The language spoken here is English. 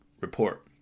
report